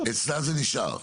אצלה זה נשאר.